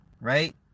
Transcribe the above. right